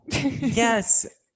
Yes